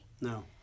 No